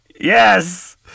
yes